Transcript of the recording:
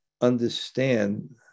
understand